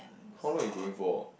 how long you going for